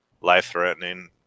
life-threatening